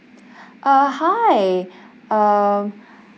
uh hi um